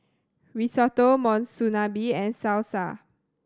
Risotto Monsunabe and Salsa